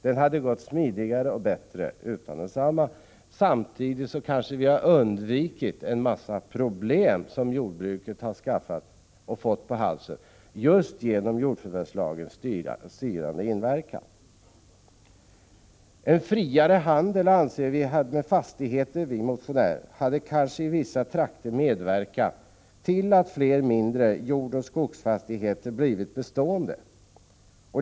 Det hade gått smidigare och bättre utan densamma, samtidigt som vi kanske hade undvikit en mängd problem som jordbruket har fått på halsen just på grund av lagens styrande inverkan. En friare handel med fastigheter, anser vi motionärer, hade kanske i vissa trakter medverkat till att fler mindre jordoch skogsbruksfastigheter blivit bestående.